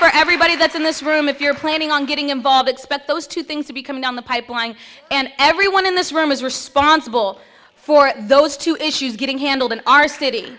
for everybody that's in this room if you're planning on getting involved expect those two things to be coming down the pipeline and everyone in this room is responsible for those two issues getting handled in our city